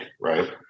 right